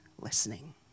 listening